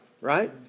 right